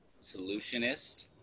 solutionist